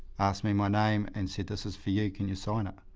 asked me my name and said, this is for you can you sign it?